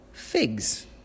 figs